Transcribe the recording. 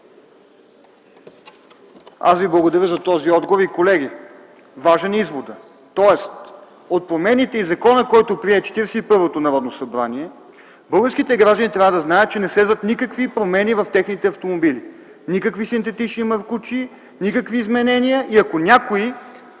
Аз Ви благодаря за този отговор, господин министър. Колеги, важен е изводът: от промените и законът, който прие 41-то Народно събрание, българските граждани трябва да знаят, че не следват никакви промени в техните автомобили, никакви синтетични маркучи, никакви изменения. Ако някой